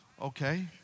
okay